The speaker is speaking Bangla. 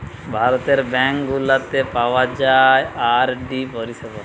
ভারতের ব্যাঙ্ক গুলাতে পাওয়া যায় আর.ডি পরিষেবা